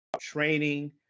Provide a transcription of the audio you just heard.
training